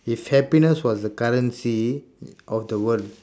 if happiness was the currency mm of the world